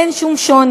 אין שום שוני.